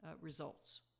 results